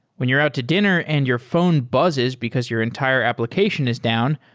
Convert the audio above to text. when you're out to dinner and your phone buzzes because your entire application is down,